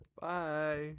Bye